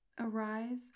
Arise